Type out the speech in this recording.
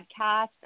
Podcast